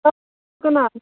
کٕنان